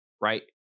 right